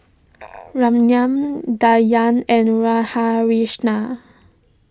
Ramnath Dhyan and Radhakrishnan